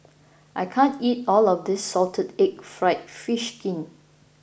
I can't eat all of this Salted Egg Fried Fish Skin